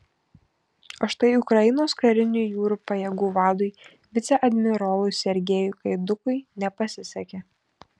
o štai ukrainos karinių jūrų pajėgų vadui viceadmirolui sergejui gaidukui nepasisekė